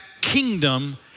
kingdom